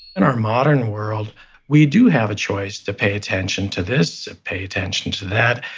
in our modern world we do have a choice to pay attention to this, pay attention to that,